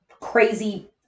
crazy